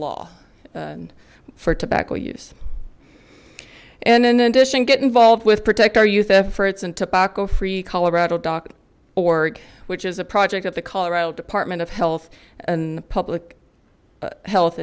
law and for tobacco use and in addition get involved with protect our youth efforts in tobacco free colorado org which is a project of the colorado department of health and public health